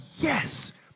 yes